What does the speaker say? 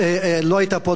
לא היית פה,